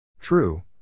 True